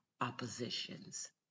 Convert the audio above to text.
oppositions